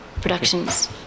Productions